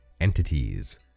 entities